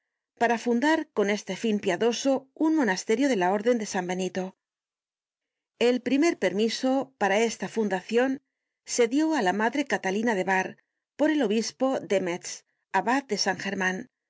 para fundar con este fin piadoso un monasterio de la orden de san benito el primer permiso para esta fundacion se dió á la madre catalina de bar por el señor obispo de metz abad de san german